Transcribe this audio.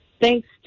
thanks